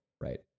right